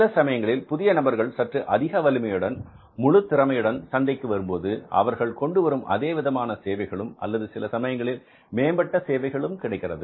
சில சமயங்களில் புதிய நபர்கள் சற்று அதிக வலிமையுடன் முழு திறமையுடன் சந்தைக்கு வரும்போது அவர்கள் கொண்டுவரும் அதே விதமான சேவைகளும் அல்லது சில சமயங்களில் மேம்பட்ட சேவைகளும் கிடைக்கிறது